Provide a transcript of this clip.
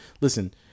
listen